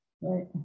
right